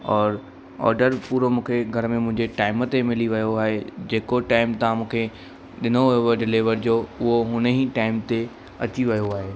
औरि ऑडर पूरो मूंखे घर में मुंहिंजे टाइम ते मिली वियो आहे जेको टाइम तव्हां मूंखे ॾिनो हुयो ॾिलीवर जो उहो हुन ई टाइम ते अची वियो आहे